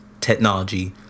technology